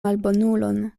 malbonulon